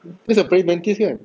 that's a praying mantis kan